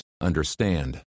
understand